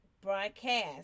broadcast